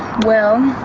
well,